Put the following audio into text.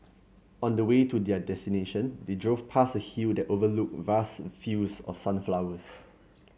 on the way to their destination they drove past a hill that overlooked vast fields of sunflowers